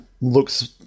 looks